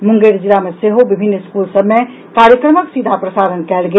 मुंगेर जिला मे सेहो विभिन्न स्कूल सभ मे कार्यक्रमक सीधा प्रसारण कयल गेल